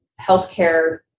healthcare